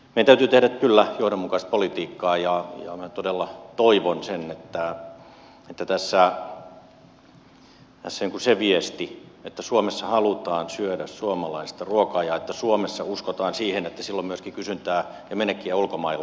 meidän täytyy tehdä kyllä johdonmukaista politiikkaa ja minä todella toivon että tässä on se viesti että suomessa halutaan syödä suomalaista ruokaa ja että suomessa uskotaan siihen että sillä on myöskin kysyntää ja menekkiä ulkomailla